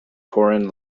foreign